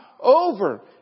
over